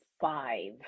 five